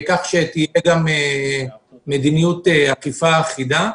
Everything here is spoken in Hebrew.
כך שתהיה גם מדיניות אכיפה אחידה.